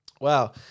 Wow